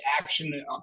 action